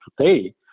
today